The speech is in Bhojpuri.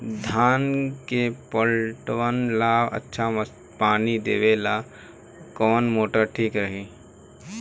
धान के पटवन ला अच्छा पानी देवे वाला कवन मोटर ठीक होई?